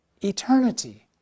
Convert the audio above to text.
eternity